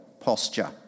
posture